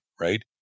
right